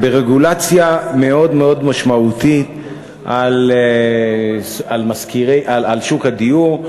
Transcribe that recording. ברגולציה מאוד מאוד משמעותית על שוק הדיור,